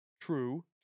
true